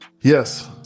yes